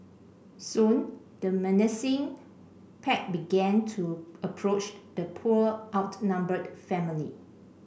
soon the menacing pack began to approach the poor outnumbered family